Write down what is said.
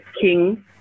king